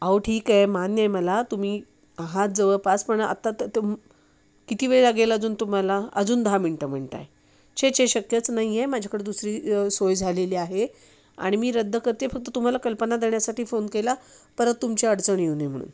अहो ठीक आहे मान्य आहे मला तुम्ही आहात जवळपास पण आत्ता तर तुम किती वेळ लागेल अजून तुम्हाला अजून दहा मिंट म्हणत आहे छे छे शक्यच नाही आहे माझ्याकडं दुसरी सोय झालेली आहे आणि मी रद्द करते आहे फक्त तुम्हाला कल्पना देण्यासाठी फोन केला परत तुमची अडचण येऊ नये म्हणून